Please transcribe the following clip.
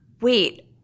wait